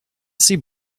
see